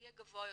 יהיה גבוה יותר.